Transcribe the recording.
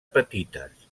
petites